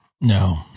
No